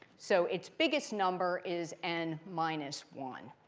so its biggest number is n minus one.